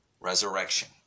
resurrection